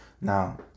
Now